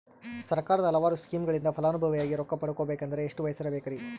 ಸರ್ಕಾರದ ಹಲವಾರು ಸ್ಕೇಮುಗಳಿಂದ ಫಲಾನುಭವಿಯಾಗಿ ರೊಕ್ಕ ಪಡಕೊಬೇಕಂದರೆ ಎಷ್ಟು ವಯಸ್ಸಿರಬೇಕ್ರಿ?